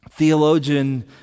Theologian